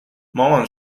مامان